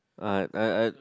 I I I